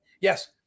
Yes